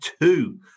two